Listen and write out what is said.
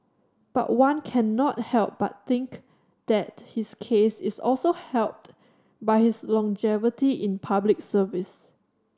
but one cannot help but think that his case is also helped by his longevity in Public Service